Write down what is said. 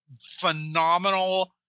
phenomenal